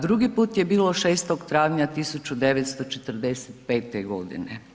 Drugi put je bilo 6. travnja 1945. godine.